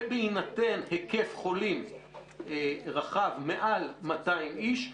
ובהינתן היקף חולים רחב מעל 200 איש,